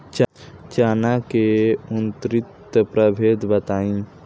चना के उन्नत प्रभेद बताई?